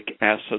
acid